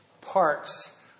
parts